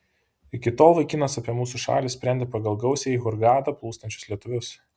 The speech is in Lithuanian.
iki tol vaikinas apie mūsų šalį sprendė pagal gausiai į hurgadą plūstančius lietuvius